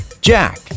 jack